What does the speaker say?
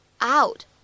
out